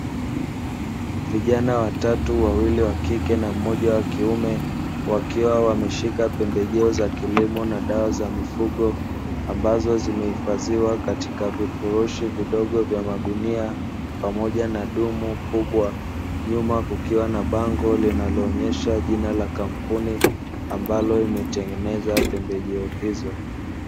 Vijana watatu wawili wake na mmoja wakiume, wakiwa wameshika pembejeo za kilimo na dawa za mifugo, ambazo zimehifadhiwa katika vifurushi vidogo vya magunia, pamoja na dumu kubwa, nyuma kukiwa na bango linaloonyesha jina la kampuni ambalo limetengeza pembejeo hizo.